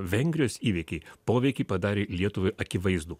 vengrijos įvykiai poveikį padarė lietuvai akivaizdų